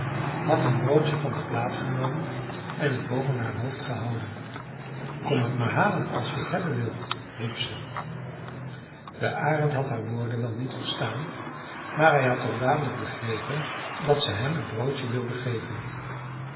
had een broodje van de plaat genomen en t boven haar hoofd gehouden kom t maar halen als je t hebben wilt riep ze de arend had haar woorden wel niet verstaan maar hij had toch dadelijk begrepen dat ze hem het broodje wilde geven